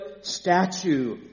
statue